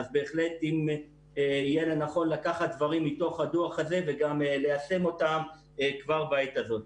בהחלט יהיה נכון לקחת דברים מתוך הדוח הזה וגם ליישם אותם כבר בעת הזאת.